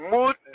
Mood